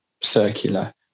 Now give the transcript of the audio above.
circular